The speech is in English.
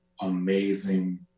amazing